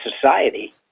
society